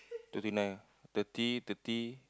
twenty nine thirty thirty